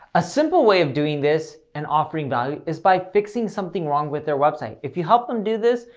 a simple way of doing this and offering value is by fixing something wrong with their website. if you help them do this,